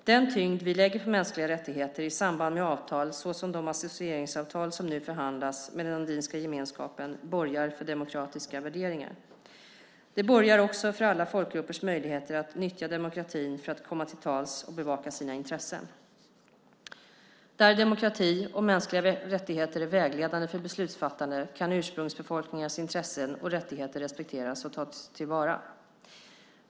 Den tyngd vi lägger på mänskliga rättigheter i samband med avtal såsom de associeringsavtal som nu förhandlas med Andinska gemenskapen borgar för demokratiska värderingar. Det borgar också för alla folkgruppers möjligheter att nyttja demokratin för att komma till tals och bevaka sina intressen. Där demokrati och mänskliga rättigheter är vägledande för beslutsfattande kan ursprungsbefolkningarnas intressen och rättigheter respekteras och tas till vara.